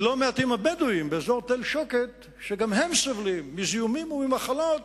כי לא מעטים הבדואים באזור תל-שוקת שגם הם סובלים מזיהומים וממחלות